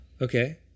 Okay